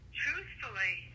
truthfully